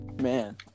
Man